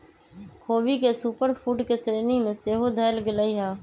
ख़ोबी के super food के श्रेणी में सेहो धयल गेलइ ह